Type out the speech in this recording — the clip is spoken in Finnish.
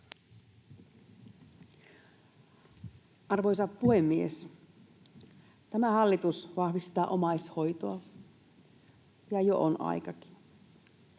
Arvoisa puhemies! Tämä hallitus vahvistaa omaishoitoa, ja jo on aikakin.